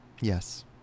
Yes